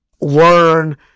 learn